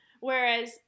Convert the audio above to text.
Whereas